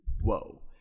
whoa